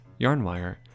Yarnwire